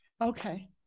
Okay